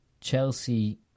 Chelsea